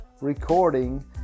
recording